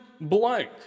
blank